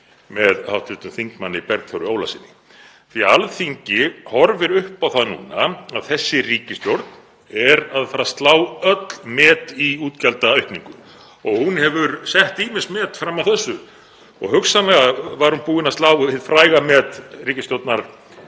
með hv. þingmanni, því að Alþingi horfir upp á það núna að þessi ríkisstjórn er að fara að slá öll met í útgjaldaaukningu. Hún hefur sett ýmis met fram að þessu og hugsanlega var hún búin að slá hið fræga met ríkisstjórnar